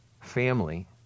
family